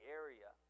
area